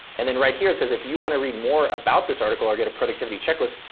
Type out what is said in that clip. and then right here it says, if you wanna read more about this article or get a productivity checklist,